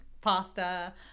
pasta